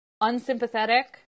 unsympathetic